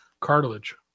cartilage